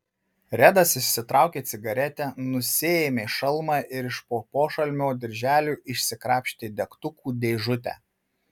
redas išsitraukė cigaretę nusiėmė šalmą ir iš po pošalmio dirželių išsikrapštė degtukų dėžutę